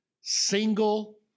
single